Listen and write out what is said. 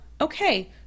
Okay